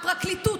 הפרקליטות,